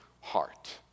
heart